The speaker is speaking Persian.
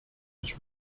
هیچ